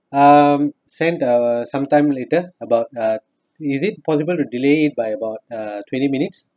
um send uh sometime later about uh is it possible to delay by about uh twenty minutes